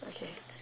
okay